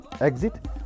exit